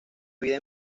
vida